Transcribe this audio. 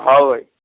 ହଉ ଭାଇ